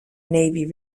navy